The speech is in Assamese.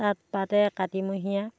তাত তাতে কাতিমহীয়া